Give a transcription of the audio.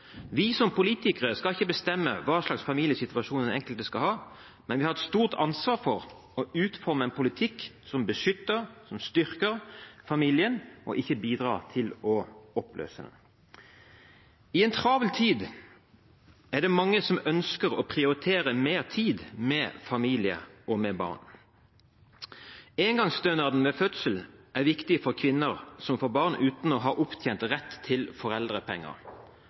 Vi som politikere skal ikke bestemme hva slags familiesituasjon den enkelte skal ha, men vi har et stort ansvar for å utforme en politikk som beskytter og styrker familien og ikke bidrar til å oppløse den. I en travel tid er det mange som ønsker å prioritere mer tid med familie og barn. Engangsstønaden ved fødsel er viktig for kvinner som får barn uten å ha opptjent rett til foreldrepenger.